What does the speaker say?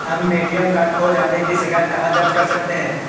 हम ATM card खो जाने की शिकायत कहाँ दर्ज कर सकते हैं?